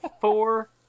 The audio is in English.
four